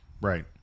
Right